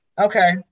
Okay